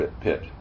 pit